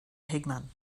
higham